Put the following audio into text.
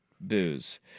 booze